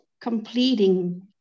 completing